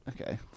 Okay